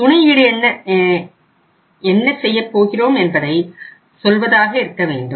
துணை ஈடு என்ன செய்யப்போகிறோம் என்பதை சொல்வதாக இருக்க வேண்டும்